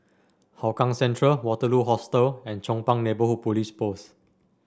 Hougang Central Waterloo Hostel and Chong Pang Neighbourhood Police Post